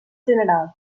general